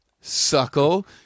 Suckle